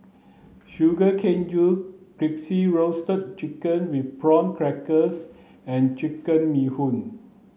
sugar cane juice crispy roasted chicken with prawn crackers and chicken bee hoon